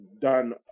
done